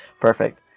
Perfect